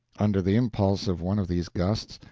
under the impulse of one of these gusts,